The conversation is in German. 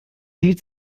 hielt